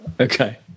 Okay